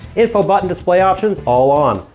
info button display options. all on.